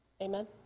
Amen